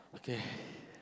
okay